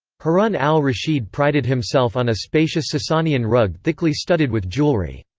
harun al-rashid prided himself on a spacious sasanian rug thickly studded with jewelry.